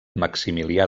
maximilià